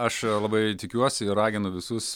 aš labai tikiuosi ir raginu visus